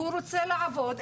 הוא רוצה לעבוד,